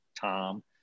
tom